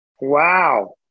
Wow